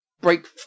break